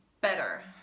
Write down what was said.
better